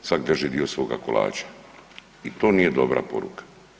Svak drži dio svoga kolača i to nije dobra poruka.